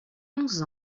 onze